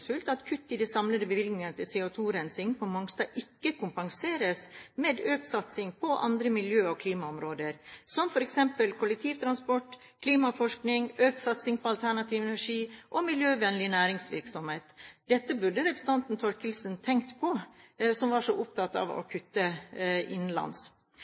at kutt i de samlede bevilgningene til CO2-rensing på Mongstad ikke kompenseres med økt satsing på andre miljø- og klimaområder, som f.eks. kollektivtransport, klimaforskning, økt satsing på alternativ energi og miljøvennlig næringsvirksomhet. Dette burde representanten Thorkildsen, som var så opptatt av å